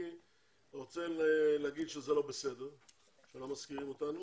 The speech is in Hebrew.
אני רוצה להגיד שזה לא בסדר שלא מזכירים אותנו